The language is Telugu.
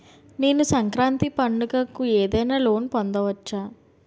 నేను సంక్రాంతి పండగ కు ఏదైనా లోన్ పొందవచ్చా?